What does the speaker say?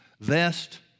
vest